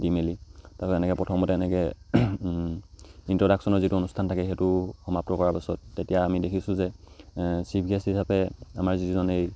দি মেলি তাৰপাছত এনেকৈ প্ৰথমতে এনেকৈ ইণ্ট্ৰ'ডাকশ্যনৰ যিটো অনুষ্ঠান থাকে সেইটো সমাপ্ত কৰাৰ পাছত তেতিয়া আমি দেখিছোঁ যে চিফ গেষ্ট হিচাপে আমাৰ যিজন এই